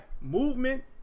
movement